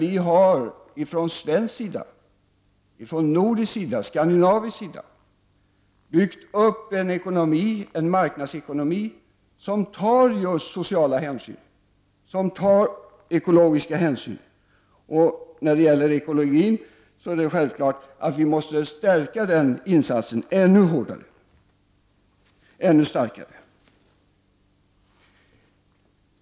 Ifrån svensk, skandinavisk och nordisk sida har vi emellertid byggt upp en marknadsekonomi som tar sociala och ekologiska hänsyn. Det är självklart att vi måste stärka insatsen för ekologin.